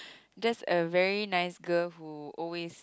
just a very nice girl who always